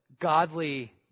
godly